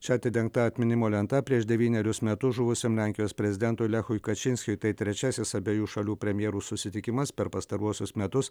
čia atidengta atminimo lenta prieš devynerius metus žuvusiam lenkijos prezidentui lechui kačinskiui tai trečiasis abiejų šalių premjerų susitikimas per pastaruosius metus